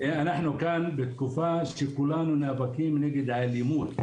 אנחנו כאן בתקופה שכולנו נאבקים נגד האלימות.